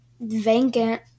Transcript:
vacant